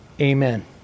Amen